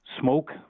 Smoke